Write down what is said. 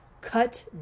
cut